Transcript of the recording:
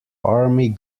army